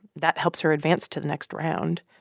that helps her advance to the next round.